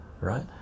right